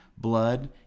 blood